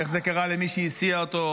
איך זה קרה למי שהסיע אותו?